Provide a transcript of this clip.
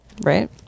Right